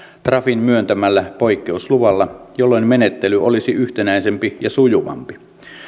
trafin myöntämällä poikkeusluvalla jolloin menettely olisi yhtenäisempi ja sujuvampi